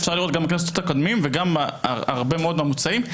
אפשר לראות גם בכנסות הקודמות והרבה מאוד מהמוצעים,